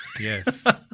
Yes